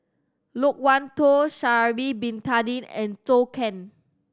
Loke Wan Tho Sha'ari Bin Tadin and Zhou Can